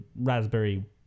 Raspberry